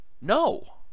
No